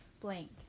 blank